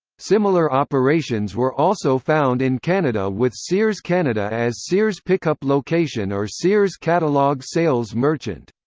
similar operations were also found in canada with sears canada as sears pickup location or sears catalogue sales merchant.